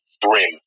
brim